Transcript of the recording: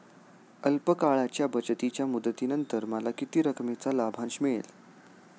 अल्प काळाच्या बचतीच्या मुदतीनंतर मला किती रकमेचा लाभांश मिळेल?